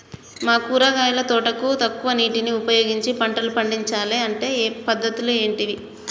మా కూరగాయల తోటకు తక్కువ నీటిని ఉపయోగించి పంటలు పండించాలే అంటే పద్ధతులు ఏంటివి?